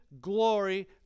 glory